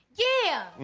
yeah!